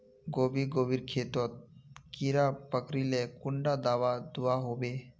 गोभी गोभिर खेतोत कीड़ा पकरिले कुंडा दाबा दुआहोबे?